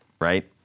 right